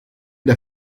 der